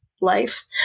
life